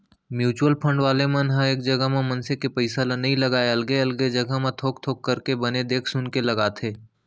mutual fund वाले मन ह एक जगा मनसे के पइसा ल नइ लगाय अलगे अलगे जघा मन म थोक थोक करके बने देख सुनके लगाथे